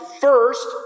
first